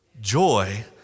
Joy